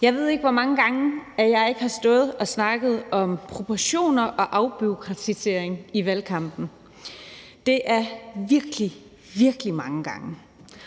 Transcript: Jeg ved ikke, hvor mange gange jeg har stået og snakket om proportioner og afbureaukratisering i valgkampen, men det er virkelig, virkelig mange gange.